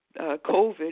COVID